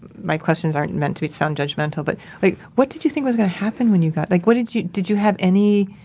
my questions aren't meant to sound judgmental, but like what did you think was going to happen when you got like did you did you have any